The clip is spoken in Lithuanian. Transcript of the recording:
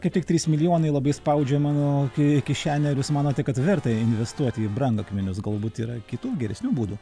kaip tik trys milijonai labai spaudžia mano ki kišenę ar jūs manote kad verta investuoti į brangakmenius galbūt yra kitų geresnių būdų